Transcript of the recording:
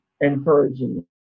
encouraging